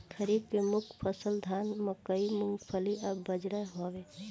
खरीफ के मुख्य फसल धान मकई मूंगफली आ बजरा हवे